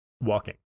walking